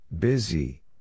Busy